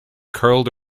curled